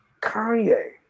Kanye